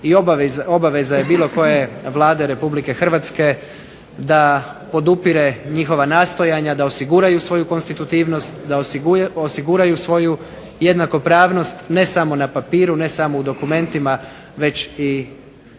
i obaveza je bilo koje Vlade Republike Hrvatske da podupire njihova nastojanja da osiguraju svoju konstitutivnost, da osiguraju svoju jednakopravnost, ne samo na papiru, ne samo u dokumentima, već i u